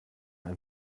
ein